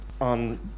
on